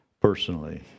personally